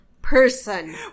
Person